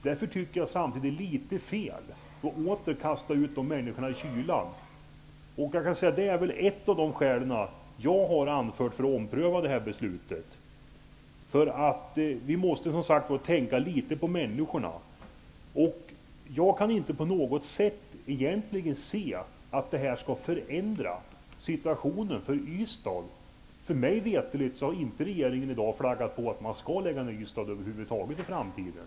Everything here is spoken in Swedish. Därför tycker jag samtidigt att det är litet fel att åter kasta ut de människorna i kylan. Det är ett av de skäl som jag har anfört för att ompröva det här beslutet. Vi måste som sagt tänka litet på människorna. Jag kan inte på något sätt se att det här egentligen skulle förändra situationen för Ystad. Mig veterligt har inte regeringen flaggat för att man över huvud taget skall lägga ned regementet i Ystad i framtiden.